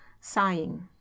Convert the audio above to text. sighing